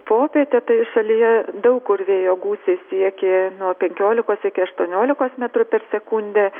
popiete tai šalyje daug kur vėjo gūsiai siekė nuo penkiolikos iki aštuoniolikos metrų per sekundę